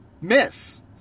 miss